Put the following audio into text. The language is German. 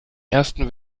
ersten